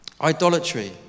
idolatry